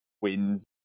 wins